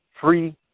free